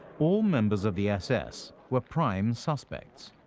all members of the ss were prime suspects,